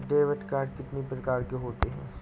Debit card कितनी प्रकार के होते हैं?